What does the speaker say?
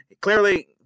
clearly